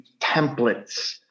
templates